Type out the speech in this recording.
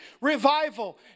revival